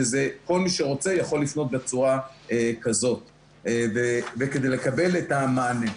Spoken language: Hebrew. שכל מי שרוצה יכול לפנות בצורה כזאת כדי לקבל את המענה.